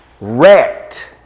wrecked